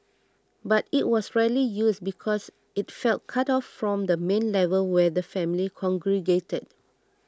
but it was rarely used because it felt cut off from the main level where the family congregated